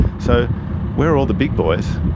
so where are all the big boys,